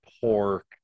pork